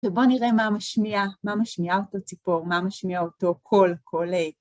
ובוא נראה מה משמיע, מה משמיע אותו ציפור, מה משמיע אותו קול, קול אה.